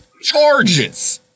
charges